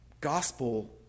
gospel